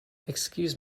excuse